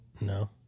No